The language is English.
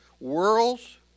Worlds